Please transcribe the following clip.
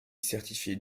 certifié